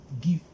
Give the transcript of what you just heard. give